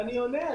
אני עונה.